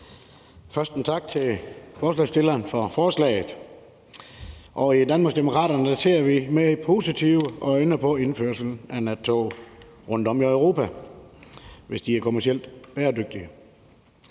Først en tak til forslagsstillerne for forslaget. I Danmarksdemokraterne ser vi med positive øjne på indførelsen af nattog rundtom i Europa, hvis de er kommercielt bæredygtige.